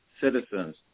citizens